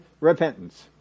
repentance